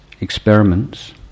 experiments